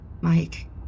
Mike